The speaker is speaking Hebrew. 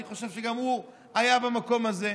אני חושב שגם הוא היה במקום הזה,